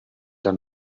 denn